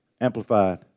Amplified